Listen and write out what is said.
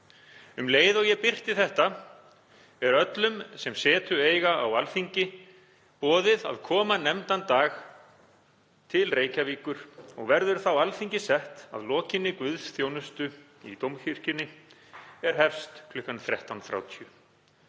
Um leið og ég birti þetta er öllum, sem setu eiga á Alþingi, boðið að koma nefndan dag til Reykjavíkur, og verður þá Alþingi sett að lokinni guðsþjónustu í Dómkirkjunni er hefst kl. 13.30.